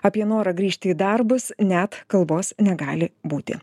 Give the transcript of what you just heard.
apie norą grįžti į darbus net kalbos negali būti